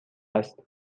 است